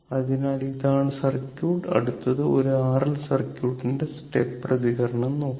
അതിനാൽ ഇതാണ് സർക്യൂട്ട് അടുത്തത് ഒരു R L സർക്യൂട്ടിന്റെ സ്റ്റെപ്പ് പ്രതികരണ0 നോക്കാം